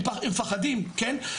הם מפחדים, כן?